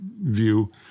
view